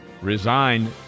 resigned